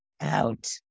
out